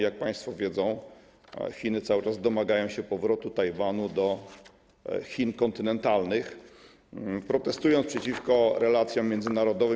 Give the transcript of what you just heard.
Jak państwo wiedzą, Chiny cały czas domagają się powrotu Tajwanu do Chin kontynentalnych, protestując przeciwko relacjom międzynarodowym.